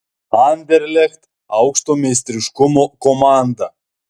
anderlecht aukšto meistriškumo komanda